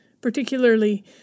particularly